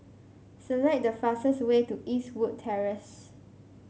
select the fastest way to Eastwood Terrace